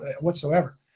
whatsoever